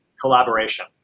collaboration